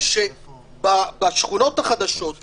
קבענו שההתקהלות המותרת בתוך קניון היא בן אדם לשבעה מטר מרובע,